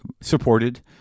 supported